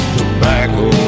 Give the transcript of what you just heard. tobacco